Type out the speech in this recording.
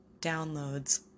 Downloads